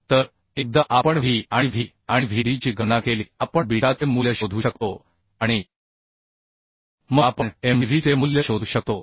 तर एकदा आपण V आणिV आणि Vd ची गणना केली की आपण बीटाचे मूल्य शोधू शकतो आणि मग आपण Mdvचे मूल्य शोधू शकतो